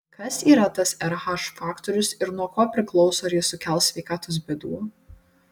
kas yra tas rh faktorius ir nuo ko priklauso ar jis sukels sveikatos bėdų